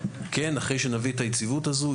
אחרי שנביא את היציבות הזו,